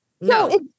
No